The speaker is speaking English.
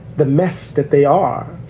the mess that they are,